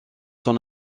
son